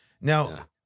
Now